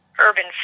urban